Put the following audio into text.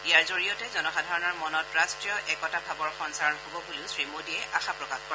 ইয়াৰ জৰিয়তে জনসাধাৰণৰ মনত ৰাষ্ট্ৰীয় একতা ভাৱৰ সঞ্চাৰণ হ'ব বুলিও শ্ৰীমোডীয়ে আশা প্ৰকাশ কৰে